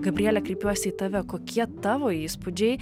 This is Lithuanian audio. gabriele kreipiuosi į tave kokie tavo įspūdžiai